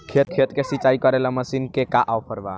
खेत के सिंचाई करेला मशीन के का ऑफर बा?